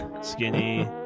skinny